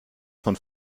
von